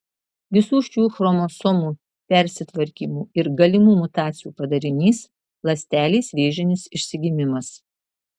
visų šių chromosomų persitvarkymų ir galimų mutacijų padarinys ląstelės vėžinis išsigimimas